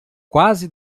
quase